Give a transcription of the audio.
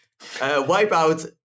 Wipeout